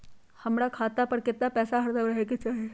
हमरा खाता पर केतना पैसा हरदम रहे के चाहि?